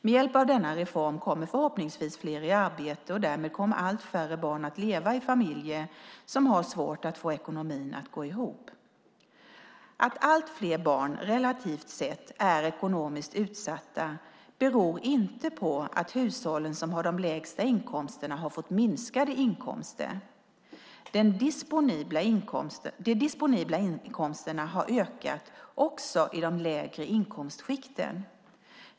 Med hjälp av denna reform kommer förhoppningsvis fler i arbete och därmed kommer allt färre barn att leva i familjer som har svårt att få ekonomin att gå ihop. Att allt fler barn, relativt sett, är ekonomiskt utsatta beror inte på att hushållen som har de lägsta inkomsterna har fått minskade inkomster. De disponibla inkomsterna har ökat också i de lägre inkomstskikten.